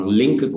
link